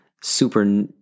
super